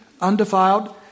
undefiled